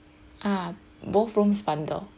uh both rooms bundle